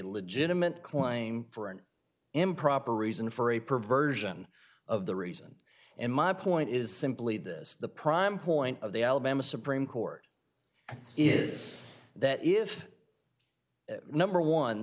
legitimate claim for an improper reason for a perversion of the reason in my point is simply this the prime point of the alabama supreme court is that if number one